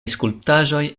skulptaĵoj